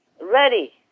Ready